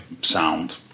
sound